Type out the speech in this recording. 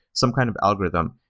some kind of algorithm.